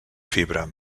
fibra